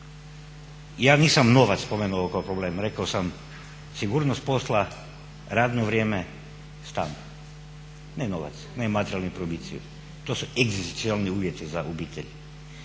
Ja nisam novac spomenuo kao problem, rekao sam sigurnost posla, radno vrijeme, stan. Ne novac, ne materijalni probici. To su egzistencijalni uvjeti za obitelj.